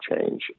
change